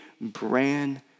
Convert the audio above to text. brand